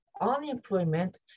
unemployment